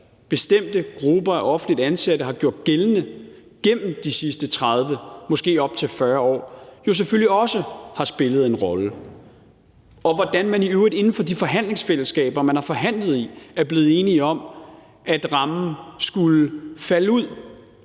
bestemte grupper af offentligt ansatte har gjort gældende igennem de sidste 30, måske op til 40 år, også har spillet en rolle, og hvordan man i øvrigt inden for de forhandlingsfællesskaber, man har forhandlet i, er blevet enige om at rammen skulle falde ud.